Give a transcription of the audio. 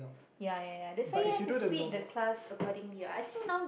ya ya ya that's why you have to split the class accordingly I think now